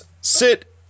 sit